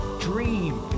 dream